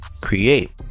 create